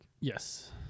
Yes